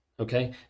Okay